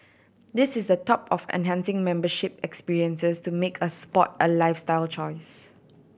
this is the top of enhancing membership experiences to make a sport a lifestyle choice